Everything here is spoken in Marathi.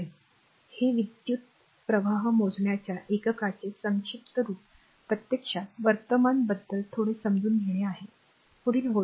हे विद्युत् विद्युतप्रवाह मोजण्याच्या एककाचे संक्षिप्त रुप प्रत्यक्षात वर्तमान बद्दल थोडे समजून घेणे आहे पुढील व्होल्टेज आहे